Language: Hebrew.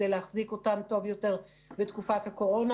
כדי להחזיק אותם טוב יותר בתקופת הקורונה.